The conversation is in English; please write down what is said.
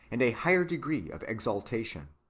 and a higher degree of exultation,